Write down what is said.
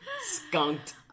Skunked